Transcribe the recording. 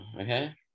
okay